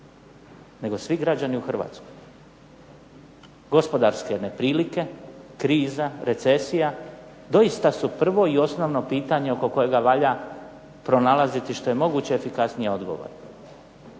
nego svi građani u Hrvatskoj, gospodarske neprilike, kriza, recesija, doista su prvo i osnovno pitanje oko kojega valja pronalaziti što je moguće efikasnije odgovore.